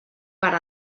per